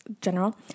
general